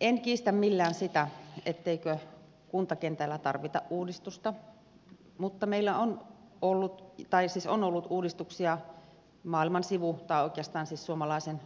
en kiistä millään sitä etteikö kuntakentällä tarvita uudistusta mutta meillä on ollut uudistuksia maailman sivu tai oikeastaan siis suomalaisen